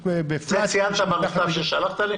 ציינת את זה במכתב ששלחת לי?